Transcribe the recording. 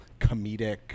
comedic